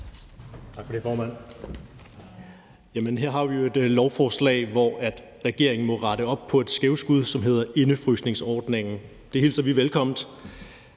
Tak for det, formand. Her har vi jo et lovforslag, hvor regeringen må rette op på det skævskud, som hedder indefrysningsordningen. Det hilser vi velkommen.